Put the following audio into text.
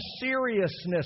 seriousness